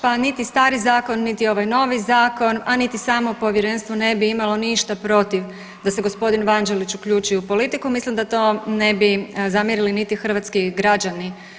Pa niti stari zakon, niti ovaj novi zakon, a niti samo povjerenstvo ne bi imalo ništa protiv da se g. Vanđelić uključi u politiku, mislim da to ne bi zamjerili niti hrvatski građani.